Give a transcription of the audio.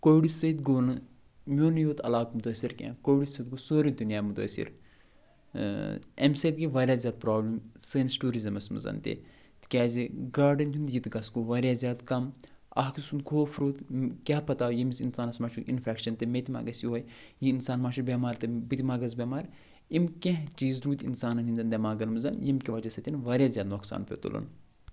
کووِڈٕ سۭتۍ گوٚو نہٕ میونٕے یوت علاقہٕ مُتٲثِر کیٚنہہ کووِڈٕ سۭتۍ گوٚو سورٕے دُنیا مُتٲثِر اَمہِ سۭتۍ گٔے واریاہ زیادٕ پرابلِم سٲنِس ٹوٗرِزٕمَس منٛزَن تہِ تِکیٛازِ گاڈَن ہُنٛد یہِ تہٕ گژھ گوٚو واریاہ زیادٕ کَم اَکھ أکۍ سُنٛد خوف روٗد کیٛاہ پتہ ییٚمِس اِنسانَس ما چھُ اِنفٮ۪کشَن تہٕ مےٚ تہِ ما گژھِ یِہوٚے یہِ اِنسان ما چھِ بٮ۪مار تہٕ بہٕ تہِ ما گژھٕ بٮ۪مار یِم کیٚنہہ چیٖز روٗدۍ اِنسانَن ہِندٮ۪ن دٮ۪ماغَن منٛز ییٚمہِ کہِ وَجہ سۭتۍ واریاہ کیٚنہہ نۄقصان پیوٚو تُلُن